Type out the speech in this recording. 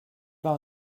pas